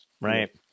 Right